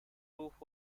roof